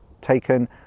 taken